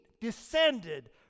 descended